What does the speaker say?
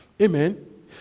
Amen